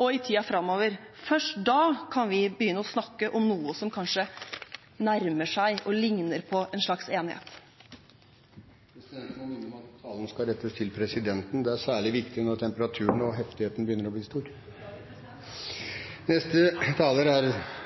og i tiden framover. Først da kan vi begynne å snakke om noe som kanskje nærmer seg, og ligner på, en slags enighet. Presidenten må minne om at talen skal rettes til presidenten. Det er særlig viktig når temperaturen og heftigheten begynner å bli